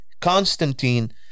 Constantine